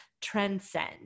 transcend